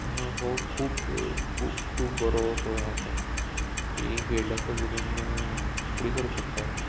हो खूब खूब खूब बरो असो हें आसा ही फिल्ड आसा तितून न्हू फुडें सरूंक शकता